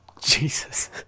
Jesus